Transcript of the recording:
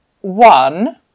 one